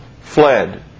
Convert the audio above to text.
fled